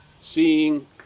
Seeing